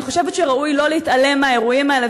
אני חושבת שראוי לא להתעלם מהאירועים האלה,